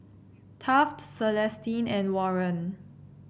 Taft Celestine and Warren